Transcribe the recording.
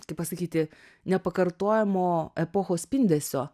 kaip pasakyti nepakartojamo epochos spindesio